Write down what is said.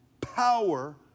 power